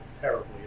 terribly